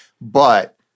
but-